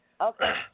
Okay